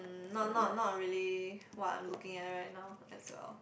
not not not really what I'm looking at right now as well